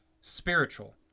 spiritual